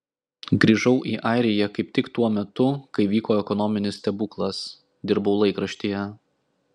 grįžau į airiją kaip tik tuo metu kai vyko ekonominis stebuklas dirbau laikraštyje